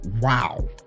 wow